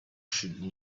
should